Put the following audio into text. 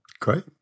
Great